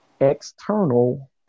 external